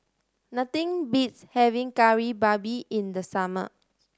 nothing beats having Kari Babi in the summer